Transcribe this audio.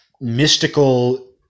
mystical